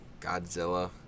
Godzilla